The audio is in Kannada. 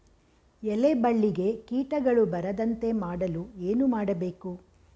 ಎಲೆ ಬಳ್ಳಿಗೆ ಕೀಟಗಳು ಬರದಂತೆ ಮಾಡಲು ಏನು ಮಾಡಬೇಕು?